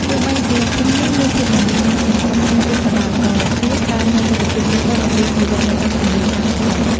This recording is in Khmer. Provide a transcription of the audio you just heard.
ទោះបីជាភូមិនេះមានភាពមមាញឹកជាងភូមិផ្សេងទៀតក៏ដោយ ក៏វាផ្តល់នូវទិដ្ឋភាពទូទៅអំពីជីវិតនៅបឹងទន្លេសាបផងដែរ។